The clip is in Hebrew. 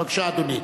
בבקשה, אדוני.